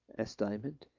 asked diamond.